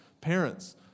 parents